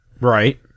right